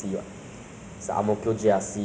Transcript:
good look or fit body